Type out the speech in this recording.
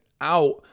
out